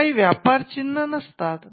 हे काही व्यापार चिन्ह नसतात